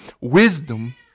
Wisdom